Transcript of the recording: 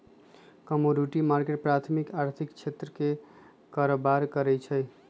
commodity market प्राथमिक आर्थिक क्षेत्र में कारबार करै छइ